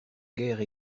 guère